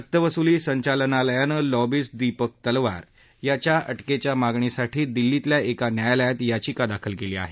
सक्तवसुली संचालनालयानं लॉबीस्ट दीपक तलवार याच्या अटकेच्या मागणीसाठी दिल्लीतल्या एका न्यायालयात याचिका दाखल केली आहे